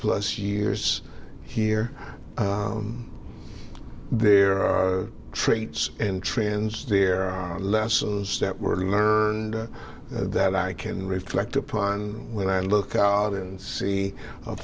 plus years here there are traits in trends there are lessons that we're learn and that i can reflect upon when i look out and see a